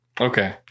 Okay